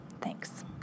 Thanks